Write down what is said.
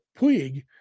Puig